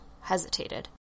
hesitated